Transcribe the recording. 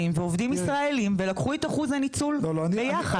ועובדים ישראלים ולקחו את אחוז הניצול ביחד.